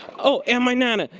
oh, and my nana!